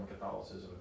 Catholicism